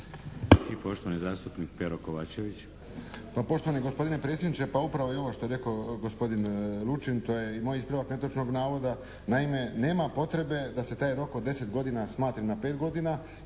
Poštovani zastupnik Pero Kovačević,